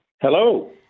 Hello